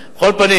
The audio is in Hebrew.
על כל פנים,